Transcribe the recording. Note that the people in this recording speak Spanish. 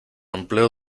empleo